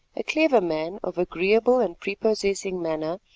a clever man, of agreeable and prepossessing manner,